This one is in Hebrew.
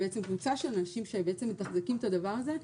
בעצם קבוצה של אנשים שבעצם מתחזקים את הדבר הזה,